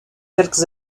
quelques